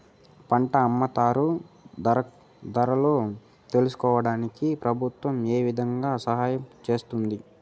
పంట అమ్ముతారు ధరలు తెలుసుకోవడానికి ప్రభుత్వం ఏ విధంగా సహాయం చేస్తుంది?